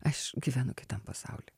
aš gyvenu kitam pasauly